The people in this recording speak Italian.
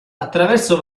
attraverso